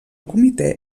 comitè